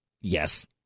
Yes